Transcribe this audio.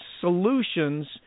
solutions